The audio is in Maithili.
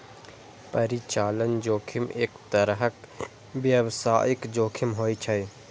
परिचालन जोखिम एक तरहक व्यावसायिक जोखिम होइ छै